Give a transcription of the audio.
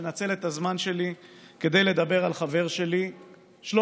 לנצל את הזמן שלי כדי לדבר על חבר שלי שלומי.